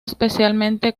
especialmente